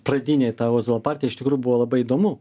pradinėj ta ozolo partijoj iš tikrųjų buvo labai įdomu